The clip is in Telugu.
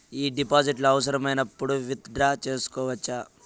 ఈ డిపాజిట్లను అవసరమైనప్పుడు విత్ డ్రా సేసుకోవచ్చా?